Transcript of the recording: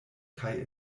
kaj